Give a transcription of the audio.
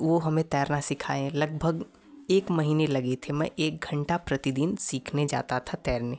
वो हमें तैरना सिखाएं लगभग एक महीने लगे थे मैं एक घंटा प्रतिदिन सीखने जाता था तैरने